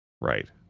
Right